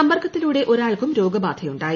സമ്പർക്കത്തിലൂടെ ഒരാൾക്കും രോഗബാധയുണ്ടായി